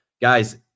guys